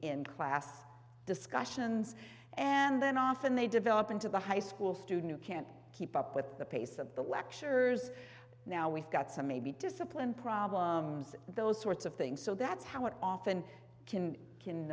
in class discussions and then often they develop into the high school student who can't keep up with the pace of the lectures now we've got some maybe discipline problems those sorts of things so that's how it often